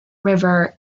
river